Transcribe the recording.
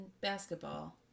basketball